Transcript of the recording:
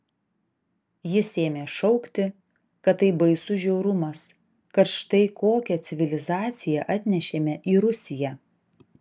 jis ėmė šaukti kad tai baisus žiaurumas kad štai kokią civilizaciją atnešėme į rusiją